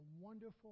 wonderful